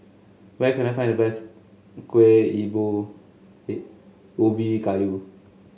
where can I find the best Kueh Ubi Kayu